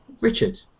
Richard